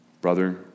brother